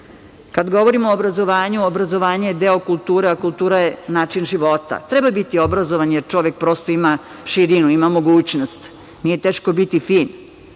se. Kad govorimo o obrazovanju, obrazovanje je deo kulture, a kultura je način života. Treba biti obrazovan, jer čovek prosto ima širinu, ima mogućnost, nije teško biti fin.